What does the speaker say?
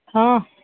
हां